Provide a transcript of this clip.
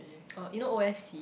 oh you know O_F_C